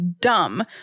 dumb